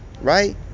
right